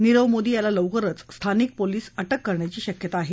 नीरव मोदी याला लवकरच स्थानिक पोलीस अटक करण्याची शक्यता आहे